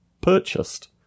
purchased